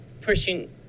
pushing